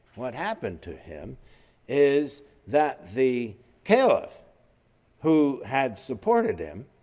what happened to him is that the caliph who had supported him